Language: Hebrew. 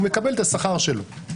הוא מקבל את השכר שלו.